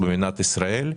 במדינת ישראל.